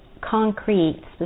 concrete